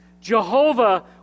Jehovah